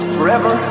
Forever